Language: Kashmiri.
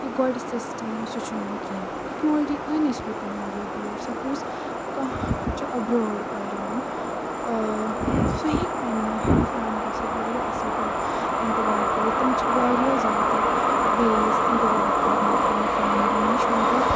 یہِ گۄڈٕ سِسٹَم اوس سُہ چھُنہٕ وۄںۍ کِہیٖنۍ ٹٮ۪کنالجی أنۍ اَسہِ لُکَن واریاہ دوٗر سپوز کانٛہہ چھُ اَبرٛوڈ پَران سُہ ہیٚکہِ پنٛنہِ فیملی سۭتۍ واریاہ اَصٕل پٲٹھۍ اِنٹریک کٔرِتھ تِم چھِ واریاہ زیادٕ ویز اِنٹریک کَرنٕکۍ پنٛنہِ فیملی نِش مگر